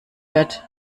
wird